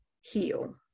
heal